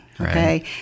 okay